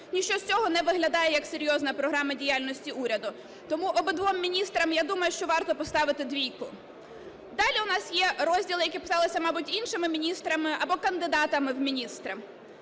ніщо з цього не виглядає як серйозна Програма діяльності уряду. Тому обидвом міністрам, я думаю, що варто поставити двійку. Далі у нас є розділи, які писалися, мабуть, іншими міністрами або кандидатами в міністри.